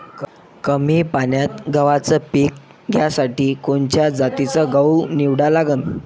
कमी पान्यात गव्हाचं पीक घ्यासाठी कोनच्या जातीचा गहू निवडा लागन?